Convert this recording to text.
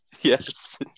Yes